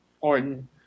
Orton